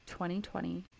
2020